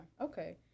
Okay